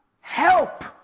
help